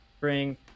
bring